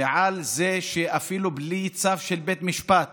ועל זה שאפילו בלי צו של בית משפט